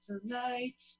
tonight